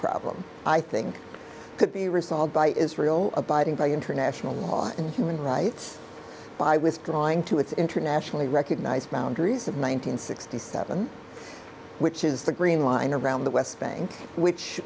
problem i think could be resolved by israel abiding by international human rights by withdrawing to its internationally recognized boundaries of nine hundred sixty seven which is the green line around the west bank which